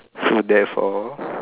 so therefore